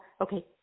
okay